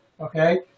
Okay